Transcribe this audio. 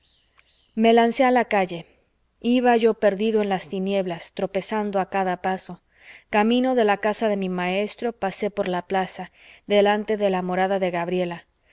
me lancé a la calle iba yo perdido en las tinieblas tropezando a cada paso camino de la casa de mi maestro pasé por la plaza delante de la morada de gabriela